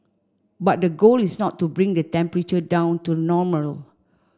but the goal is not to bring the temperature down to normal